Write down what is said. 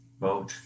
vote